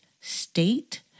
state